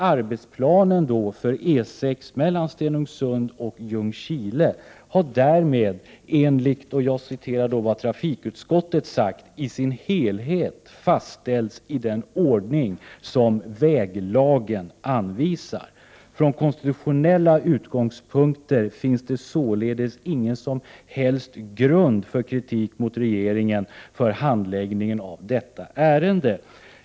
Arbetsplanen för E 6 mellan Stenungsund och Ljungskile har därmed — och jag citerar då vad trafikutskottet har uttalat — i sin helhet fastställts i den ordning som väglagen anvisar. Från konstitutionella utgångspunkter finns det således ingen som helst grund för kritik mot regeringen för handläggningen av detta ärende.